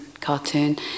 cartoon